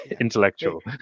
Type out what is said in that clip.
intellectual